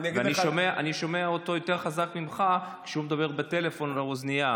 ואני שומע אותו יותר חזק ממך כשהוא מדבר בטלפון לאוזנייה,